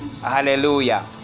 hallelujah